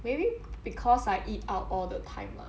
maybe because I eat out all the time lah